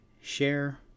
share